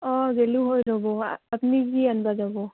অঁ গেলোঁ হয় ৰ'ব আপুনি কি আনবা যাব